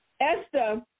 Esther